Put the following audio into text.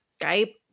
skype